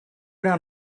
down